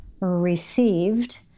received